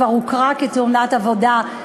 כבר הוכרה כתאונת עבודה,